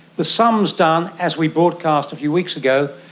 the sums done, as we broadcast a few weeks ago,